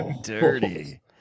dirty